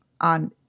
on